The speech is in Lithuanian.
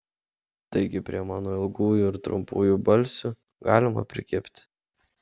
taigi prie mano ilgųjų ir trumpųjų balsių galima prikibti